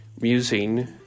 Musing